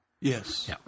Yes